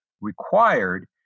required